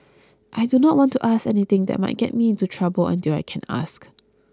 I do not want to ask anything that might get me into trouble until I can ask